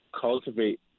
cultivate